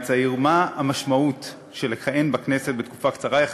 צעיר: מה המשמעות של לכהן בכנסת בתקופה קצרה יחסית?